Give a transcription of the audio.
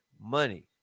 money